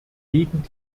gegen